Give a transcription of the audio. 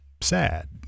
sad